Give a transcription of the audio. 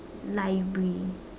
library